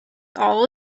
all